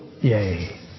Yay